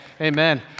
Amen